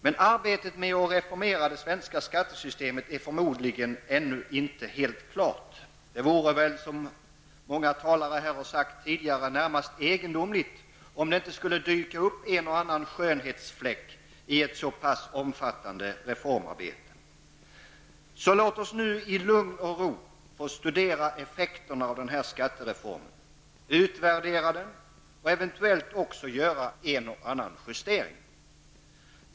Men arbetet med att reformera det svenska skattesystemet är förmodligen ännu inte helt klart. Det vore väl, som många talare här har sagt tidigare, närmast egendomligt om det inte skulle dyka upp en och annan skönhetsfläck i ett så pass omfattande reformarbete. Så låt oss nu i lugn och ro få studera effekterna av denna skattereform, utvärdera den och eventuellt också göra en och annan justering av den.